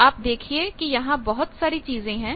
तो आप देखिए कि यहां बहुत सारी चीजें हैं